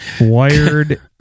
Wired